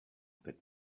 that